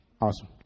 Awesome